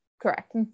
Correct